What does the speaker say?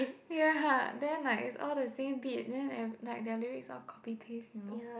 ya then like is all the same beat then every~ like the lyrics all like copy paste you know